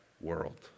world